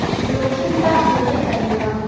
जोखिम त होबे करेला